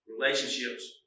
Relationships